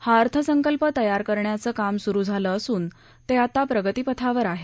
हा अर्थसंकल्प तयार करण्याचं काम सुरु झालं असून ते आता प्रगतीपथावर आहे